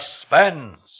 Suspense